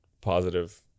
positive